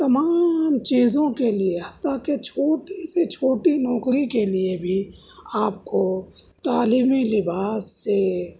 تمام چیزوں کے لیے حتیٰ کہ چھوٹی سے چھوٹی نوکری کے لیے بھی آپ کو تعلیمی لباس سے